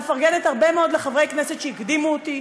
מפרגנת הרבה מאוד לחברי כנסת שהקדימו אותי,